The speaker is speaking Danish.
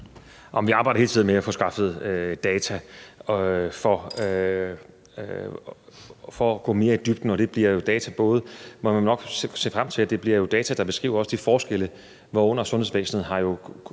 Vi arbejder hele tiden med at få skaffet data for at gå mere i dybden, og man må jo nok se frem til, at det bliver data, der også beskriver de forskelle, hvorunder sundhedsvæsenet har